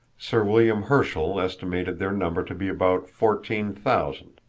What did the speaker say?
sir william herschel estimated their number to be about fourteen thousand,